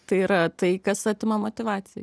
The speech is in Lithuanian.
tai yra tai kas atima motyvaciją